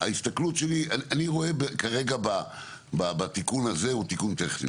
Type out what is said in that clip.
אני רואה כרגע בתיקון הזה תיקון טכני.